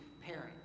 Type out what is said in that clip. parent